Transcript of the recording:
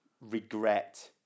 regret